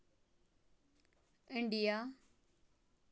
India